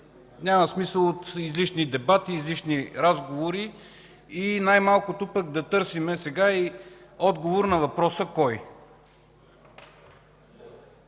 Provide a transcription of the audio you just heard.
няма смисъл от излишни дебати, излишни разговори и най-малкото пък да търсим сега и отговор на „кой”.